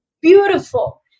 beautiful